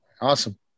Awesome